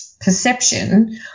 perception